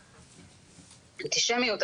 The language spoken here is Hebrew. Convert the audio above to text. אנטישמיות,